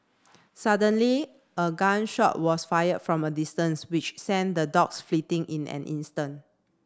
suddenly a gun shot was fired from a distance which sent the dogs fleeting in an instant